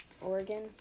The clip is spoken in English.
Oregon